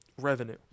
revenue